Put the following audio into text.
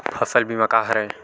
फसल बीमा का हरय?